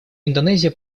индонезия